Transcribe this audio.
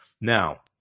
Now